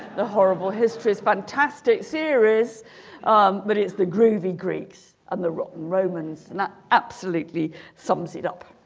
the horrible histories fantastic series um but it's the groovy greeks and the rotten romans and that absolutely sums it up